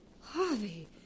Harvey